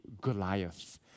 Goliath